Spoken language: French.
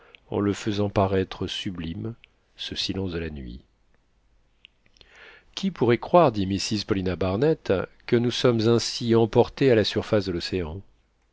en le faisant paraître sublime ce silence de la nuit qui pourrait croire dit mrs paulina barnett que nous sommes ainsi emportés à la surface de l'océan